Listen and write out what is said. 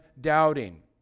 doubting